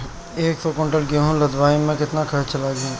एक सौ कुंटल गेहूं लदवाई में केतना खर्चा लागी?